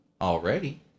already